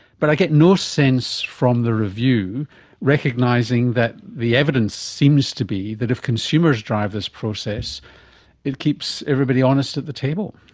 but i get no sense from the review recognising that the evidence seems to be that if consumers drive this process it keeps everybody honest at the table.